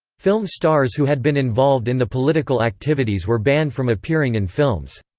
film stars who had been involved in the political activities were banned from appearing in films.